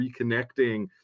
reconnecting